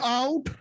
out